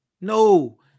No